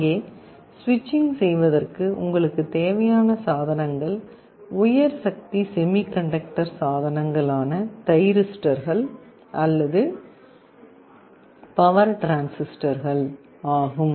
இங்கே ஸ்விட்சிங் செய்வதற்கு உங்களுக்குத் தேவையான சாதனங்கள் உயர் சக்தி செமி கண்டக்டர் சாதனங்கள் ஆன தைரிஸ்டர்கள் அல்லது பவர் டிரான்சிஸ்டர்கள் ஆகும்